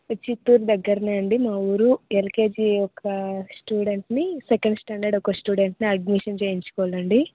ఈ చిత్తూరు దగ్గరనే అండీ మా ఊరు ఎల్కేజీ ఒక స్టూడెంట్ని సెకండ్ స్టాండర్డ్ ఒక స్టూడెంట్ని అడ్మిషన్ చేయించుకోవాలండీ